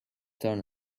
turn